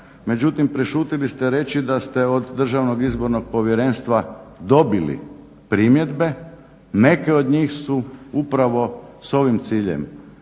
međutim prešutili ste reći da ste od DIP-a dobili primjedbe. Neke od njih su upravo s ovim ciljem